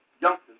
youngsters